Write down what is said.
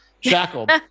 shackled